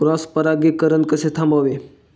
Cross परागीकरण कसे थांबवावे?